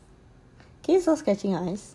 can you stop scratching your eyes